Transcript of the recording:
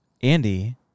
Andy